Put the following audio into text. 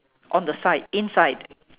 on the side inside